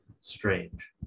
strange